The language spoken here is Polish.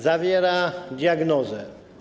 Zawiera diagnozę.